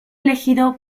elegido